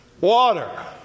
Water